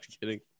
kidding